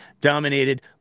dominated